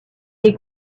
est